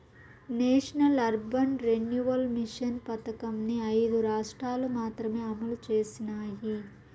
national urban renewal mission పథకంని ఐదు రాష్ట్రాలు మాత్రమే అమలు చేసినాయి